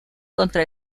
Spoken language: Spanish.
contra